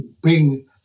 bring